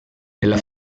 nella